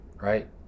right